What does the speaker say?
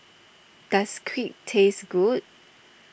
does Crepe taste good